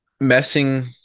messing